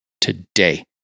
today